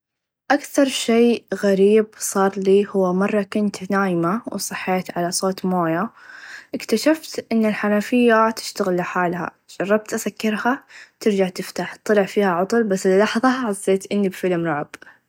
أكثر شئ غريب صارلي هو مره كنت نايمه و صحيت على صوت مويا إكتشفت إن الحنفيا تشتغل لحالها چربت أسكرها ترچع تفتح طلع فيها عطل بس للحظه حسيت إني بفلم رعب.